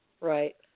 Right